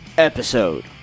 episode